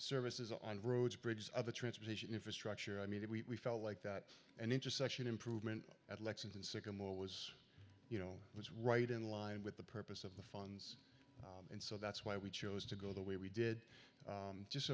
services and roads bridges other transportation infrastructure i mean we felt like that an intersection improvement at lexington sycamore was you know was right in line with the purpose of the funds and so that's why we chose to go the way we did just